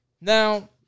Now